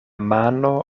mano